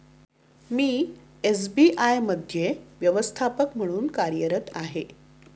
मी SBI मध्ये व्यवस्थापक म्हणून कार्यरत आहे